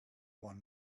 one